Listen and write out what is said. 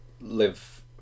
live